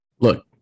Look